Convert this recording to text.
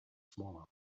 smaller